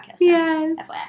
Yes